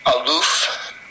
aloof